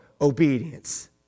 obedience